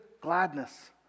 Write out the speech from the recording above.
gladness